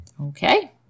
Okay